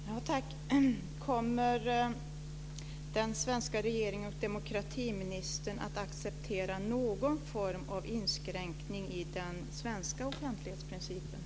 Herr talman! Kommer den svenska regeringen och demokratiministern att acceptera någon form av inskränkning i den svenska offentlighetsprincipen?